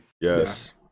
Yes